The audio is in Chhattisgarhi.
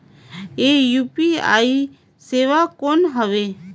ये यू.पी.आई सेवा कौन हवे?